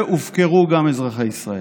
והופקרו גם אזרחי ישראל.